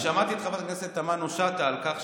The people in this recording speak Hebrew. שמעתי את חברת הכנסת תמנו שטה על כך